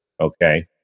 okay